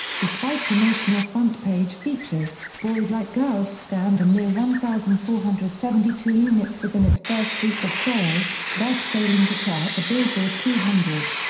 despite promotional front page features, boys like girls scanned a mere one thousand four hundred and seventy two units within its first week of sales, thus failing to chart the billboard two hundred.